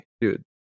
dude